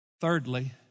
Thirdly